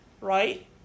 right